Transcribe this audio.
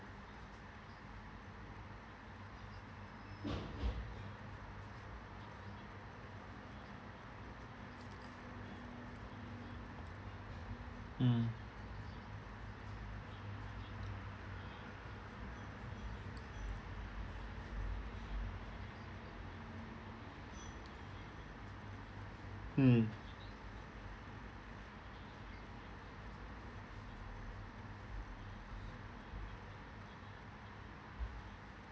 mm mm